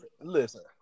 Listen